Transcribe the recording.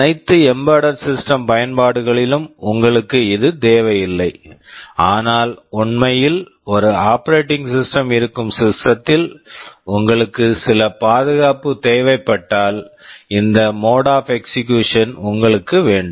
அனைத்து embedded system embedded system பயன்பாடுகளிலும் உங்களுக்கு இது தேவையில்லை ஆனால் உண்மையில் ஒரு ஆபரேடிங் சிஸ்டம் operating system இருக்கும் சிஸ்டம் system ல் உங்களுக்கு சில பாதுகாப்பு தேவைப்பட்டால் இந்த mode of execution mode of execution உங்களுக்கு வேண்டும்